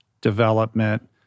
development